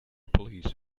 police